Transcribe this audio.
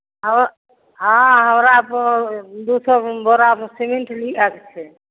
ओ हॅं हमरा तऽ ओ दू सए बोरा सिमेंट लियै के छै